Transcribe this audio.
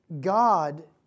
God